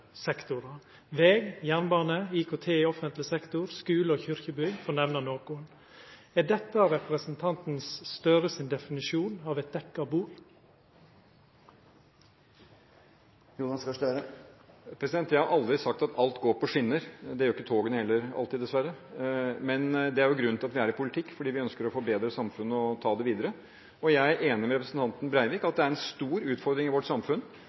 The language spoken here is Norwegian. sektorar: veg, jernbane, IKT i offentleg sektor, skule og kyrkjebygg – for å nemna noko. Er dette representanten Gahr Støres definisjon av eit dekt bord? Jeg har aldri sagt at alt går på skinner. Det gjør ikke alltid togene heller dessverre. Men det er jo grunnen til at vi er i politikk, fordi vi ønsker å forbedre samfunnet og ta det videre. Jeg er enig med representanten Breivik i at dette med vedlikehold er en stor utfordring i vårt samfunn.